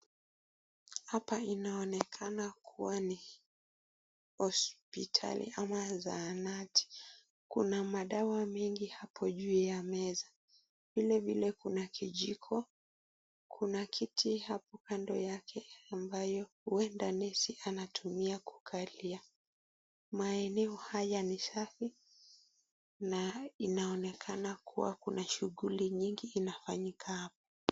Hapa inaonekana kuwa ni hospitali ama zahanati kuna madawa mengi hapa juu ya meza, vile vile kuna kijiko kuna kiti hapo kando yake amabayo huenda nesi anatumia kukalia. Maeneo haya ni safi na inaonekana kuwa kuna shughuli nyingi inafanyika hapa.